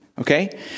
Okay